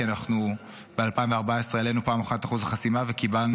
כי ב-2014 העלינו פעם אחת את אחוז החסימה וקיבלנו